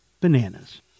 bananas